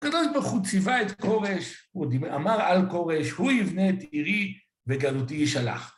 הקדוש ברוך הוא ציווה את כורש, הוא אמר על כורש, הוא יבנה את כירי וגלותי ישלח.